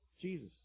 Jesus